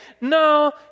no